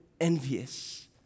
envious